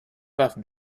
waffen